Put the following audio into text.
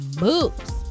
moves